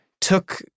took